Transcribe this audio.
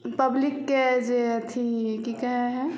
पब्लिकके जे अथी कि कहै हइ